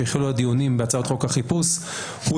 עת התחילו הדיונים בהצעת חוק החיפוש והוא